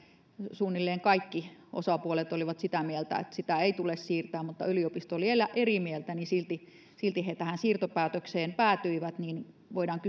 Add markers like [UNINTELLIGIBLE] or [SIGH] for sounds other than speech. suunnilleen kaikki osapuolet olivat sitä mieltä että sitä ei tule siirtää mutta yliopisto oli eri mieltä ja silti he tähän siirtopäätökseen päätyivät niin voidaan [UNINTELLIGIBLE]